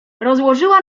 rozłożyła